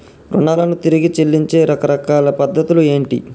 రుణాలను తిరిగి చెల్లించే రకరకాల పద్ధతులు ఏంటి?